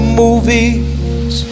movies